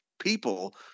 people